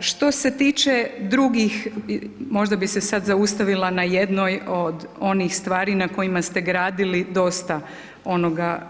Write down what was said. Što se tiče drugih, možda bi se sada zaustavila na jednoj od onih stvari, na kojima ste gradili dosta onoga